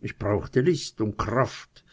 ich brauchte list und kraft